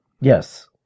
yes